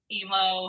emo